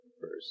first